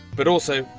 but also,